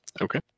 Okay